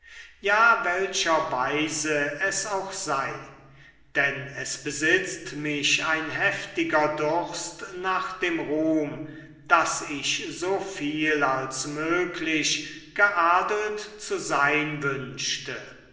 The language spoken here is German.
ja welcher weise es auch sei denn es besitzt mich ein heftiger durst nach dem ruhm daß ich so viel als möglich geadelt zu sein wünschte